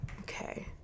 Okay